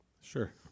Sure